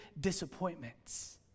disappointments